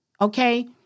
Okay